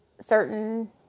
certain